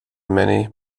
many